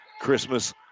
Christmas